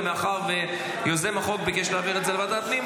ומאחר שיוזם החוק ביקש להעביר את זה לוועדת הפנים,